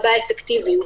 לגבי האפקטיביות.